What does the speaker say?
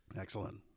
Excellent